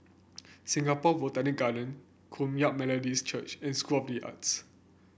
Singapore Botanic Garden Kum Yan Methodist Church and School of the Arts